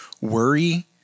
worry